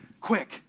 Quick